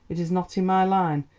it is not in my line,